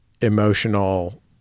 emotional